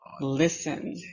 listen